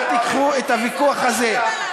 אל תיקחו את הוויכוח הזה,